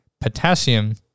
potassium